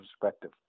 perspective